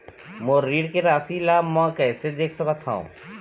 मोर ऋण के राशि ला म कैसे देख सकत हव?